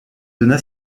donna